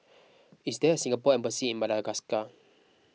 is there Singapore Embassy in Madagascar